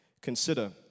Consider